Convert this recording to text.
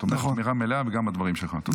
תומך תמיכה מלאה, וגם בדברים שלך.